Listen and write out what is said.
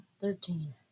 Thirteen